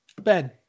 Ben